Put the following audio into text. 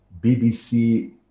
BBC